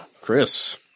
Chris